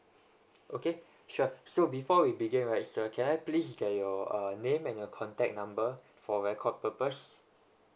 okay sure so before we begin right sir can I please get your uh name and the contact number for record purpose